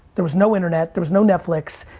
there was no internet, there was no netflix.